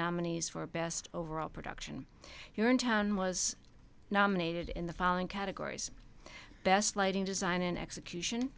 nominees for best overall production here in town was nominated in the following categories best lighting design an execution